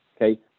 okay